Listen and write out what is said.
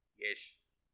yes